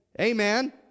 Amen